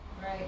Right